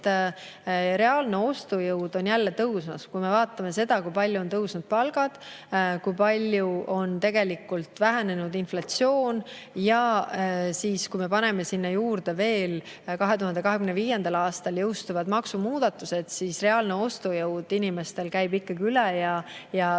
et reaalne ostujõud on jälle tõusmas, kui me vaatame seda, kui palju on tõusnud palgad, kui palju on vähenenud inflatsioon. Ja kui me paneme sinna juurde veel 2025. aastal jõustuvad maksumuudatused, siis reaalne ostujõud inimestel käib ikkagi üle ja